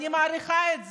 ואני מעריכה את זה.